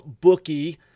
bookie